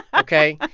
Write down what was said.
ok?